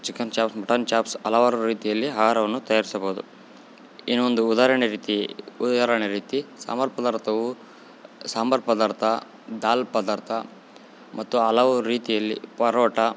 chicken chops mutton chops ಹಲವಾರು ರೀತಿಯಲ್ಲಿ ಆಹಾರವನ್ನು ತಯಾರಿಸಬಹುದು ಏನೋ ಒಂದು ಉದಾಹರಣೆ ರೀತಿ ಉದಾಹರಣೆ ರೀತಿ ಸಾಂಬಾರು ಪದಾರ್ಥವು ಸಾಂಬಾರು ಪದಾರ್ಥ ದಾಲ್ ಪದಾರ್ಥ ಮತ್ತು ಹಲವು ರೀತಿಯಲ್ಲಿ ಪರೋಟ